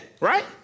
right